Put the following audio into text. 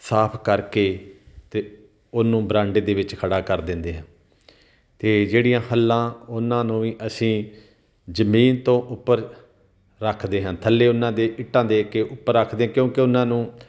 ਸਾਫ ਕਰਕੇ ਅਤੇ ਉਹਨੂੰ ਬਰਾਂਡੇ ਦੇ ਵਿੱਚ ਖੜ੍ਹਾ ਕਰ ਦਿੰਦੇ ਹਾਂ ਅਤੇ ਜਿਹੜੀਆਂ ਹਲਾਂ ਉਹਨਾਂ ਨੂੰ ਵੀ ਅਸੀਂ ਜ਼ਮੀਨ ਤੋਂ ਉੱਪਰ ਰੱਖਦੇ ਹਾਂ ਥੱਲੇ ਉਹਨਾਂ ਦੇ ਇੱਟਾਂ ਦੇ ਕੇ ਉੱਪਰ ਰੱਖਦੇ ਕਿਉਂਕਿ ਉਹਨਾਂ ਨੂੰ